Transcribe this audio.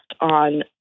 on